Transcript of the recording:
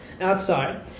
outside